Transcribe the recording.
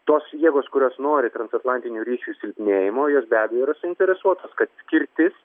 tos jėgos kurios nori transatlantinių ryšių silpnėjimo jos be abejo yra suinteresuotos kad skirtis